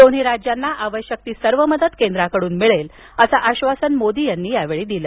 दोन्ही राज्यांना आवश्यक ती सर्व मदत केंद्राकडून मिळेल असं आश्वासन मोदी यांनी यावेळी दिलं